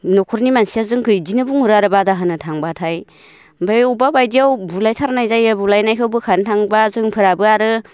न'खरनि मानसिया जोंखौ बिदिनो बुंहरो आरो बादा होनो थांबाथाय ओमफ्राय बबेबा बायदियाव बुलाय थारनाय जायो बुलायनायखौ बोखारनो थाङोबा जोंफ्राबो आरो